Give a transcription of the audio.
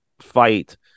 fight